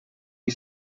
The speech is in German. die